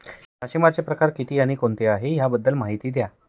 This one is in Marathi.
मासेमारी चे प्रकार किती आणि कोणते आहे त्याबद्दल महिती द्या?